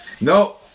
No